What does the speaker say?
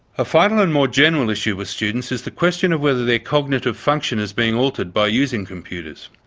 a final and more general issue with students is the question of whether their cognitive function is being altered by using computers.